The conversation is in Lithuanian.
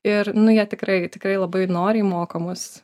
ir jie tikrai tikrai labai noriai moko mus